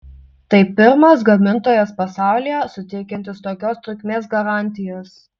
tai pirmas gamintojas pasaulyje suteikiantis tokios trukmės garantijas